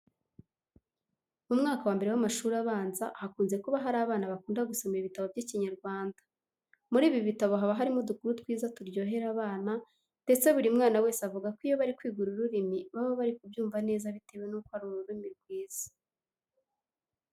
Mu mwaka wa mbere w'amashuri abanza hakunze kuba hari abana bakunda gusoma ibitabo by'Ikinyarwanda. Muri ibi bitabo haba harimo udukuru twiza turyohera abana ndetse buri mwana wese avuga ko iyo bari kwiga uru rurimi baba bari kubyumva neza bitewe nuko ari ururimi rwiza.